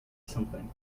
something